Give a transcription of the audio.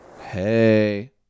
Hey